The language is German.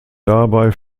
dabei